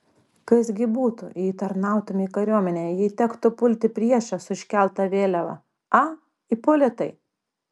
kas gi būtų jei tarnautumei kariuomenėje jei tektų pulti priešą su iškelta vėliava a ipolitai